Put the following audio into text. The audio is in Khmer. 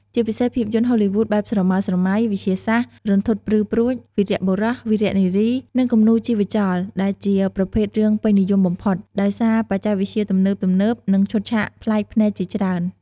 ជាពិសេសភាពយន្តហូលីវូដបែប ស្រមើស្រមៃ, វិទ្យាសាស្រ្ត, រន្ធត់ព្រឺព្រួច, វីរបុរស វីរនារី និង គំនូរជីវចល ដែលជាប្រភេទរឿងពេញនិយមបំផុត ដោយសារបច្ចេកវិទ្យាទំនើបៗ និងឈុតឆាកប្លែកភ្នែកជាច្រើន។